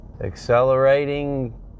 Accelerating